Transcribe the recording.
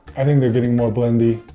i think they're getting more blendy.